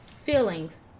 feelings